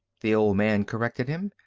the old man corrected him.